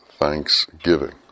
Thanksgiving